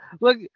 Look